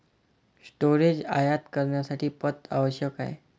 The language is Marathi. स्टोरेज आयात करण्यासाठी पथ आवश्यक आहे